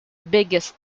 biggest